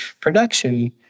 production